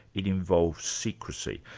it involves secrecy.